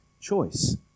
choice